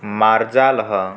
मार्जालः